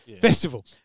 festival